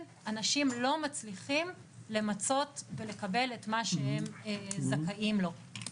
אנשים לא מצליחים למצות ולקבל את מה שהם זכאים לו.